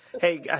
Hey